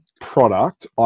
product